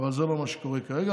אבל זה לא מה שקורה כרגע,